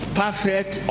perfect